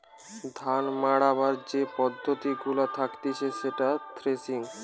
ধান মাড়াবার যে পদ্ধতি গুলা থাকতিছে সেটা থ্রেসিং